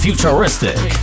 Futuristic